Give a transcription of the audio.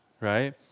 right